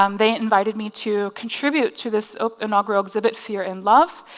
um they invited me to contribute to this inaugural exhibit, fear and love.